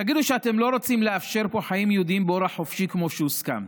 תגידו שאתם לא רוצים לאפשר פה חיים יהודיים באורח חופשי כמו שהוסכם.